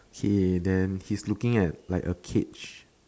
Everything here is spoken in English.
okay then he's looking at like a cage